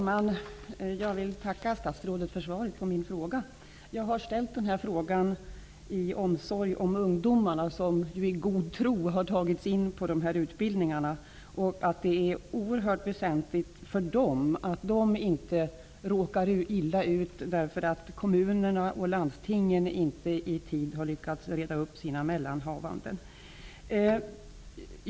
Fru talman! Jag vill tacka statsrådet för svaret på min fråga. Jag har ställt den av omsorg om de ungdomar som i god tro har börjat på de här utbildningarna. Det är oerhört väsentligt för dem att de inte råkar illa ut därför att kommunerna och landstingen inte i tid har lyckats reda upp sina mellanhavanden.